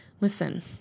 Listen